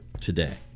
today